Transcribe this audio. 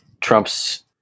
Trump's